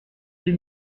deux